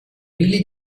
really